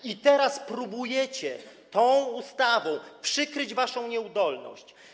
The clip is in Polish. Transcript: I teraz próbujecie tą ustawą przykryć waszą nieudolność.